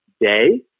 day